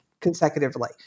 consecutively